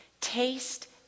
Taste